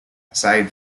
aside